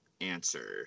answer